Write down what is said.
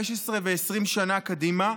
15 ו-20 שנה קדימה,